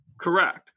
Correct